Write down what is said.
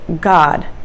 God